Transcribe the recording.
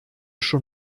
schon